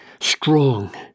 strong